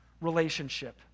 relationship